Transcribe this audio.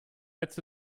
letzte